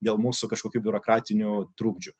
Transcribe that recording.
dėl mūsų kažkokių biurokratinių trukdžių